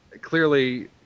Clearly